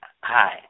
hi